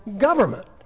government